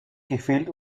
gefehlt